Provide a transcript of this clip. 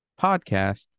Podcast